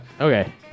okay